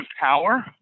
power